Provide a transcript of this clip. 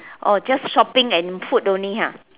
orh just shopping and food only ah